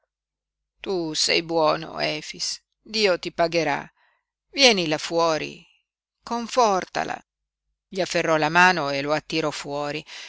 tu sei buono efix dio ti pagherà vieni là fuori confortala gli afferrò la mano e lo attirò fuori